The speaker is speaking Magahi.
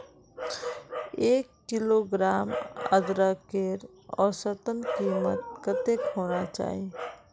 एक किलोग्राम अदरकेर औसतन कीमत कतेक होना चही?